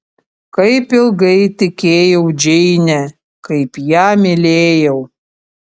kaip ilgai tikėjau džeine kaip ją mylėjau